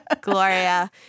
Gloria